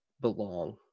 belong